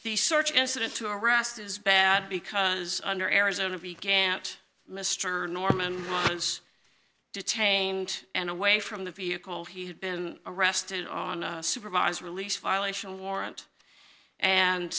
the search incident to arrest is bad because under arizona v can't mr norman was detained and away from the vehicle he had been arrested on a supervised release violation warrant and